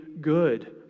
good